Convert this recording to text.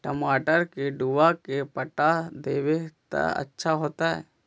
टमाटर के डुबा के पटा देबै त अच्छा होतई?